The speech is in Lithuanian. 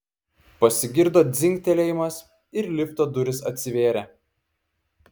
pasigirdo dzingtelėjimas ir lifto durys atsivėrė